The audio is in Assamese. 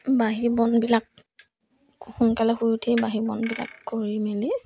বাহি বনবিলাক সোনকালে শুই উঠি বাহী বনবিলাক কৰি মেলি